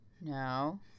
No